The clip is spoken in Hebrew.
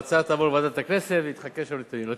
ההצעה תעבור לוועדת הכנסת, והיא תחכה שם לתיאומים.